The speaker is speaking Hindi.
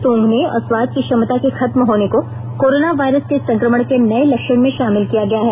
सूंघने और स्वाद की क्षमता के खत्म होने को कोरोना वायरस के संक्रमण के नए लक्षण में शामिल किया गया है